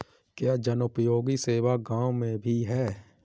क्या जनोपयोगी सेवा गाँव में भी है?